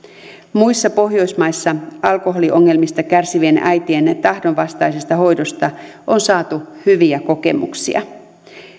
muissa pohjoismaissa alkoholiongelmista kärsivien äitien tahdonvastaisesta hoidosta on saatu hyviä kokemuksia